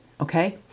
Okay